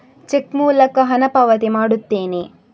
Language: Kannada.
ಚೆಕ್ ಮೂಲಕ ಹಣ ಪಾವತಿ ಮಾಡುತ್ತೇನೆ